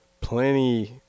plenty